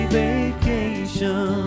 vacation